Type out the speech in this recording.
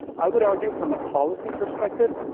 i would argue from a policy perspective.